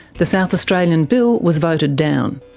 the south australian bill was voted down.